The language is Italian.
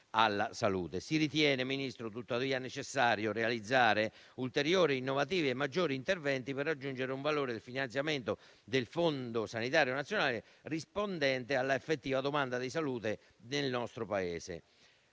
si ritiene, tuttavia, necessario realizzare ulteriori innovativi e maggiori interventi, per raggiungere un valore di finanziamento del FSN rispondente all'effettiva domanda di salute del nostro Paese,